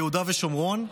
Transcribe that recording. וביהודה ושומרון.